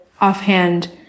offhand